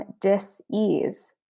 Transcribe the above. dis-ease